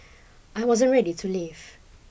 I wasn't ready to leave